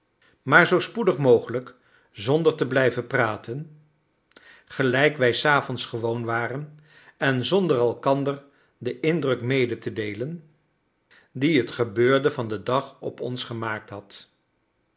maar zoo spoedig mogelijk zonder te blijven praten gelijk wij s avonds gewoon waren en zonder elkander den indruk mede te deelen dien het gebeurde van den dag op ons gemaakt had